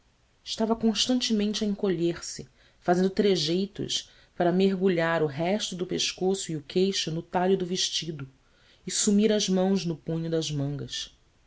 estava constantemente a encolher se fazendo trejeitos para mergulhar o resto do pescoço e o queixo no talho do vestido e sumir as mãos no punho das mangas